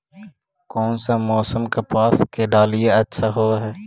कोन सा मोसम कपास के डालीय अच्छा होबहय?